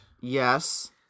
Yes